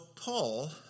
Paul